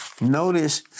Notice